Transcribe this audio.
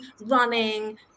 running